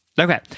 Okay